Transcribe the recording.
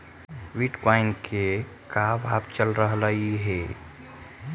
Bitcoin के का भाव चल रहलई हे?